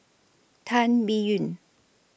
Tan Biyun